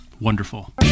Wonderful